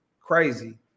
crazy